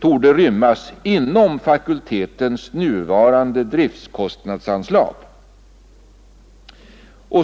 torde rymmas inom fakultetens nuvarande driftkostnadsanslag.